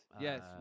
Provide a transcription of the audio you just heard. yes